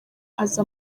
aza